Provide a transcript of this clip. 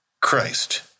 Christ